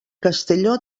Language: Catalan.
castelló